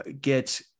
get